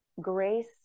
grace